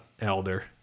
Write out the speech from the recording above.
elder